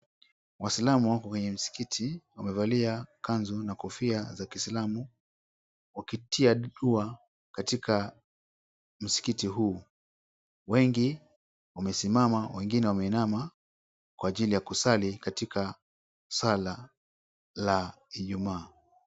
Waislamu wako kwenye msikiti, wamevalia kanzu na kofia za kiislamu wakitia dua katika msikiti huu. Wengi wamesimama wengine wameinama, kwa ajili ya kusali katika sala la Ijumaa.